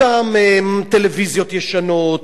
אותן טלוויזיות ישנות,